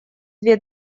две